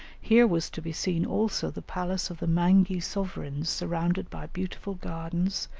here was to be seen also the palace of the mangi sovereigns surrounded by beautiful gardens,